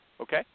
okay